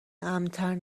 امن